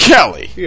Kelly